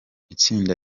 itsinda